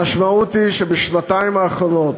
המשמעות היא שבשנתיים האחרונות,